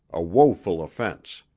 a woeful offense.